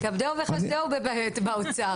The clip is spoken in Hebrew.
כבדהו וחשדיהו באוצר